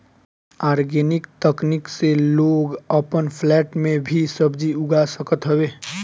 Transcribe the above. organic तकनीक से लोग अपन फ्लैट में भी सब्जी उगा सकत हवे